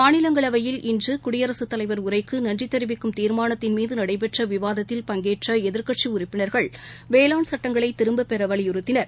மாநிலங்களவையில் இன்று குடியரசுத் தலைவர் உரைக்கு நன்றி தெரிவிக்கும் தீர்மானத்தின் மீது நடைபெற்ற விவாதத்தில் பங்கேற்ற எதிர்க்கட்சி உறுப்பினர்கள் வேளாண் சட்டங்களை திரும்பப் பெற வலியுறத்தினர்